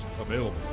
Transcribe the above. available